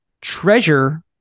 Treasure